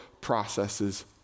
processes